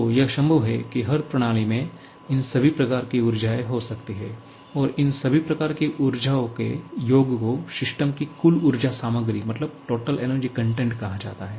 तो यह संभव है कि एक प्रणाली में इन सभी प्रकार की ऊर्जाएं हो सकती हैं और इन सभी प्रकार की ऊर्जाओं के योग को सिस्टम की कुल ऊर्जा सामग्री कहा जाता है